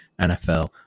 NFL